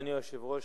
אדוני היושב-ראש,